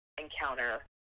encounter